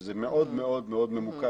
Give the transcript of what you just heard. שזה מאוד ממוקד,